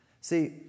See